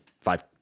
five